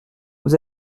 vous